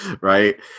right